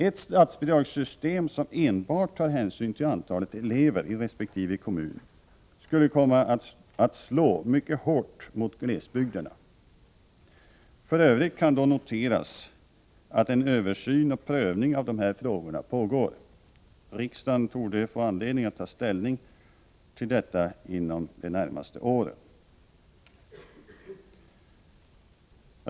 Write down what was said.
Ett statsbidragssystem som enbart tar hänsyn till antalet elever i resp. kommun skulle komma att slå mycket hårt mot glesbygderna. För övrigt skall då noteras att en översyn och prövning av de här frågorna pågår. Riksdagen torde få anledning att ta ställning till detta inom de närmaste åren.